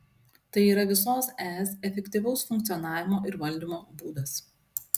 tai yra visos es efektyvaus funkcionavimo ir valdymo būdas